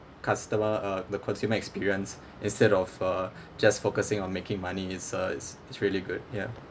customer uh the consumer experience instead of uh just focusing on making money it's a it's it's really good ya